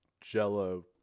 Jello